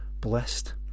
blessed